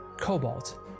Cobalt